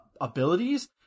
abilities